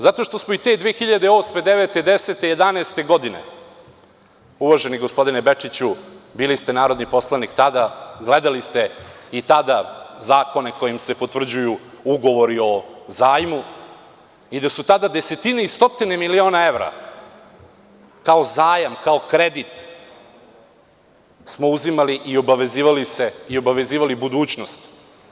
Zato što smo o te 2008, 2009, 2010, 2011. godine, uvaženi gospodine Bečiću, bili ste narodni poslanik tada, gledali ste i tada zakone kojima se potvrđuju ugovori o zajmu, i da su tada desetine i stotine miliona evra kao zajam, kao kredit smo uzimali i obavezivali se, obavezivali budućnost.